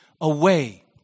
away